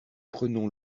prenons